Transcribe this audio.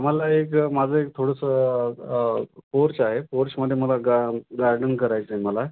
आम्हाला एक माझं एक थोडंसं फोर्च आहे फोर्चमध्ये मला गा गार्डन करायचं आहे मला